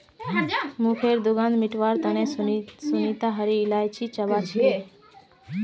मुँहखैर दुर्गंध मिटवार तने सुनीता हरी इलायची चबा छीले